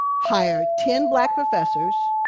hire ten black professors,